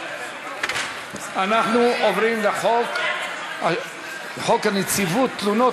אנחנו עוברים להצעת חוק נציבות תלונות